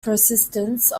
persistence